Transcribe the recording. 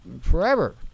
forever